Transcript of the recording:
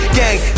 gang